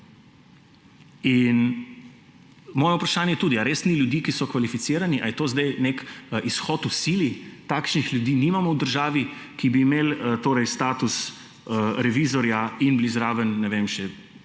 In moje vprašanje je tudi, ali res ni ljudi, ki so kvalificirani, ali je to zdaj nek izhod v sili, ker takšnih ljudi nimamo v državi, ki bi imeli status revizorja in bili zraven, ne vem, še